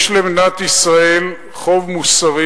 יש למדינת ישראל חוב מוסרי